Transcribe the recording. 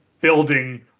building